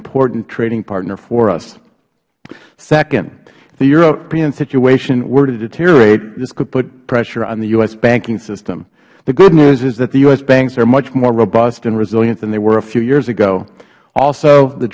important trading partner for us second if the european situation were to deteriorate this could put pressure on the u s banking system the good news is that the u s banks are much more robust and resilient than they were a few years ago also the